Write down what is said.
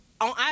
On